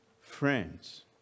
friends